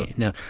no.